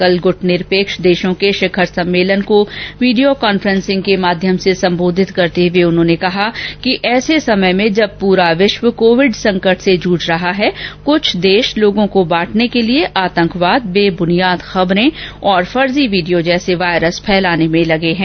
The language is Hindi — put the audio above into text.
कल गुटनिरपेक्ष देशों के शिखर सम्मेलन को वीडियो कांफ्रेसिंग के माध्यम से संबोधित करते हुए उन्होंने कहा कि ऐसे समय में जब पूरा विश्व कोविड संकट से जूझ रहा है कुछ देश लोगों को बांटने के लिए आंतकवाद बेबुनियाद खबरें और फर्जी वीडियो जैसे वायरस फैलाने में लगे है